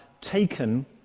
taken